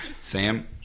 Sam